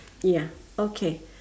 ya okay